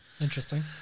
Interesting